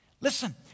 Listen